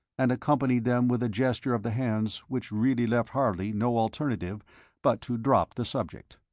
and accompanied them with a gesture of the hands which really left harley no alternative but to drop the subject.